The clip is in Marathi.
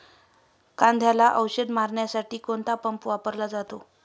कांद्याला औषध मारण्यासाठी कोणता पंप वापरला जातो?